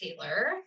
Taylor